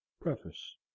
Preface